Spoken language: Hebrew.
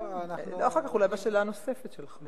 הנוספת שלך.